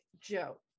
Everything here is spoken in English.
Joe